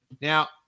Now